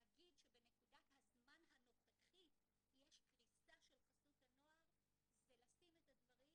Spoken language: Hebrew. להגיד שבנקודת הזמן הנוכחית יש קריסה של חסות הנוער זה לשים את הדברים